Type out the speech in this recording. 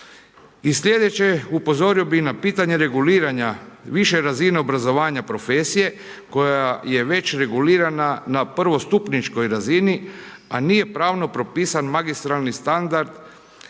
I slijedeće, upozorio bih na pitanje reguliranja više razine obrazovanja profesije koja je već regulirana na prvostupničkoj razini, a nije pravo propisan magistarski standard